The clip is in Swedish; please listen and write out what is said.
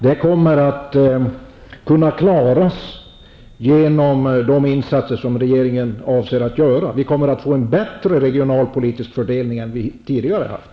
Vi kommer att få en bättre regionalpolitisk fördelning än vad vi tidigare haft.